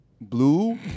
blue